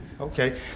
Okay